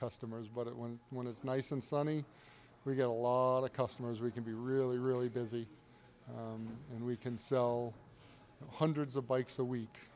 customers but it when when it's nice and sunny we get a lot of customers we can be really really busy and we can sell hundreds of bikes a week